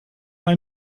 ein